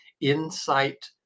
Insight